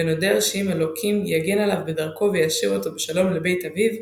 ונודר שאם אלוהים יגן עליו בדרכו וישיב אותו בשלום לבית אביו,